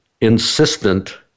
insistent